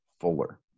fuller